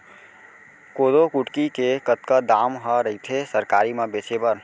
कोदो कुटकी के कतका दाम ह रइथे सरकारी म बेचे बर?